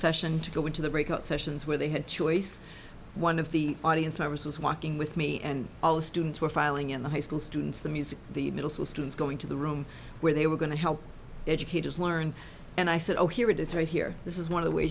session to go into the breakout sessions where they had choice one of the audience members was walking with me and all the students were filing in the high school students the music the middle school students going to the room where they were going to help educators learn and i said oh here it is right here this is one of the way